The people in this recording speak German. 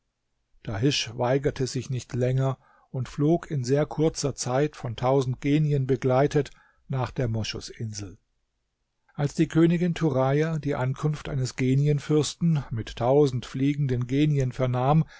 dahisch weigerte sich nicht länger und flog in sehr kurzer zeit von tausend genien begleitet nach der moschusinsel als die königin turaja die ankunft eines genienfürsten mit tausend fliegenden genien vernahm